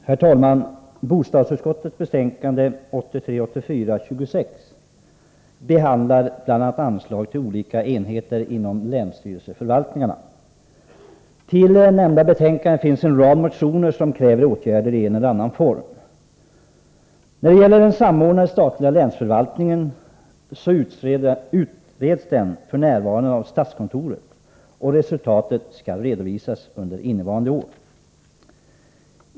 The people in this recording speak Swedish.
Herr talman! Bostadsutskottets betänkande 26 behandlar bl.a. anslag till olika enheter inom länsstyrelseförvaltningarna. I nämnda betänkande behandlas också en rad motioner där det krävs åtgärder i en eller annan form. Den samordnade statliga länsförvaltningen utreds f.n. av statskontoret, och resultatet skall redovisas under innevarande år.